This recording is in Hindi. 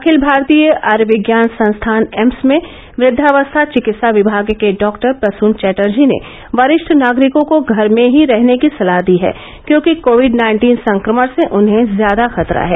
अखिल भारतीय आयुर्विज्ञान संस्थान एम्स में वृद्दावस्था चिकित्सा विभाग के डॉक्टर प्रसुन चटर्जी ने वरिष्ठ नागरिकों को घर में ही रहने की सलाह दी है क्योंकि कोविड नाइन्टीन संक्रमण से उन्हें ज्यादा खतरा है